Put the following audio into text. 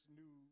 new